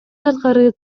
сырткары